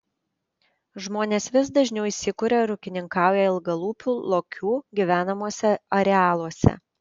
žmonės vis dažniau įsikuria ir ūkininkauja ilgalūpių lokių gyvenamuose arealuose